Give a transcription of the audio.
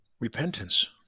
repentance